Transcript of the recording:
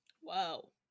Whoa